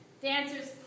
Dancer's